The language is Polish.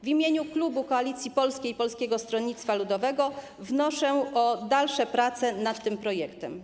W imieniu klubu Koalicji Polskiej, Polskiego Stronnictwa Ludowego wnoszę o dalsze prace nad tym projektem.